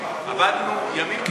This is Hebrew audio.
עבדנו ימים ולילות.